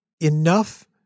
enough